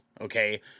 Okay